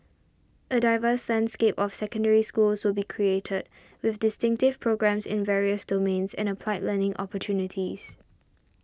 a diverse landscape of Secondary Schools will be created with distinctive programmes in various domains and applied learning opportunities